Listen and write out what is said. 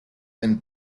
and